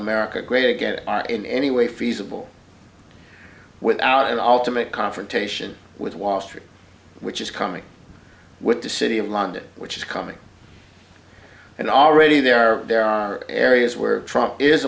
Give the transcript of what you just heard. america great again in any way feasible without ultimate confrontation with wall street which is coming with the city of london which is coming and already there are areas where trump is